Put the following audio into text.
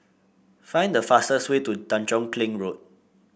find the fastest way to Tanjong Kling Road